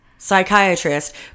psychiatrist